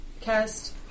cast